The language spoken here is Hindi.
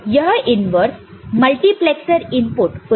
यह इन्वर्स् मल्टीप्लैक्सर इनपुट को जाएगा